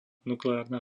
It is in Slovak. nukleárna